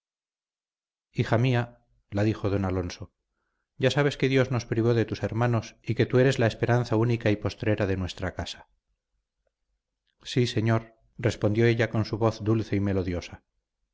hija mía la dijo don alonso ya sabes que dios nos privó de tus hermanos y que tú eres la esperanza única y postrera de nuestra casa sí señor respondió ella con su voz dulce y melodiosa